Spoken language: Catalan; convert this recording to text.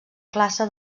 classe